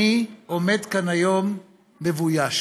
אני עומד כאן היום מבויש.